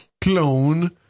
clone